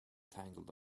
tangled